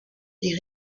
les